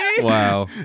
wow